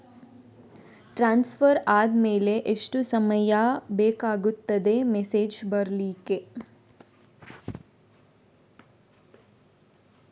Transfer ಆದ್ಮೇಲೆ ಎಷ್ಟು ಸಮಯ ಬೇಕಾಗುತ್ತದೆ ಮೆಸೇಜ್ ಬರ್ಲಿಕ್ಕೆ?